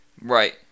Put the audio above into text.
Right